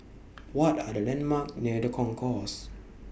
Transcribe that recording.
What Are The landmarks near The Concourse